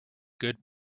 good